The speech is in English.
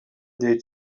that